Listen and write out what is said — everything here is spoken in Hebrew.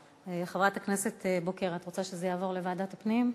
חברת הכנסת בוקר, את רוצה שזה יעבור לוועדת הפנים?